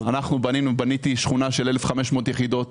בניתי שכונה של 1,500 יחידות,